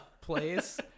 place